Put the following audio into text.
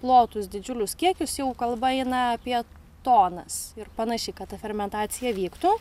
plotus didžiulius kiekius jau kalba eina apie tonas ir panašiai kad ta fermentacija vyktų